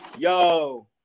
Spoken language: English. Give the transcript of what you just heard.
Yo